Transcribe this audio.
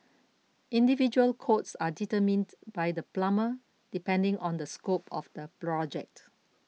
individual quotes are determined by the plumber depending on the scope of the project